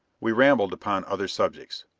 we rambled upon other subjects.